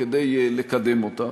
כדי לקדם אותה.